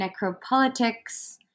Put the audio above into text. necropolitics